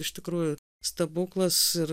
iš tikrųjų stebuklas ir